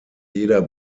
jeder